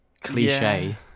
cliche